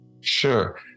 Sure